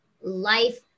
life